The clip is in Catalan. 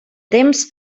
temps